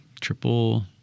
Triple